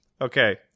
Okay